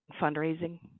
fundraising